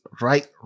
right